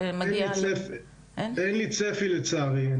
אין לי צפי לצערי,